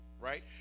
right